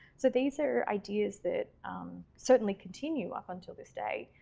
so these are ideas that certainly continue up until this day.